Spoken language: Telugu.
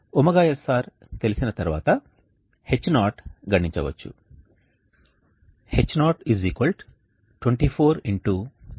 ωsr తెలిసిన తరువాత H0 గణించవచ్చు